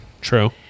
True